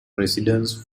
residence